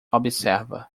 observa